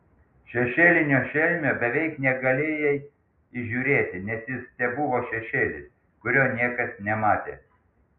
šešėlinio šelmio beveik negalėjai įžiūrėti nes jis tebuvo šešėlis kurio niekas nematė